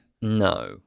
No